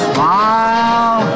Smile